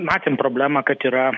matėm problemą kad yra